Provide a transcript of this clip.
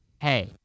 hey